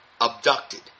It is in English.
abducted